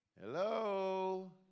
Hello